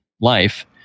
life